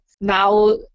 now